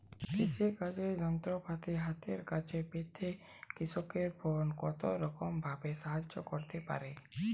কৃষিকাজের যন্ত্রপাতি হাতের কাছে পেতে কৃষকের ফোন কত রকম ভাবে সাহায্য করতে পারে?